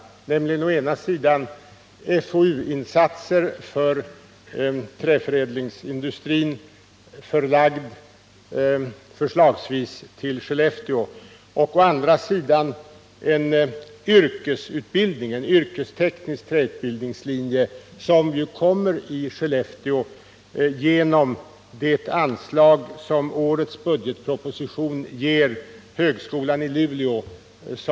Frågan gäller å ena sidan FoU insatser för träförädlingsindustrin, förlagda förslagsvis till Skellefteå, och å andra sidan en yrkesteknisk träutbildningslinje, som ju kommer till stånd i Skellefteå genom anslaget i årets budgetproposition till högskolan i Luleå.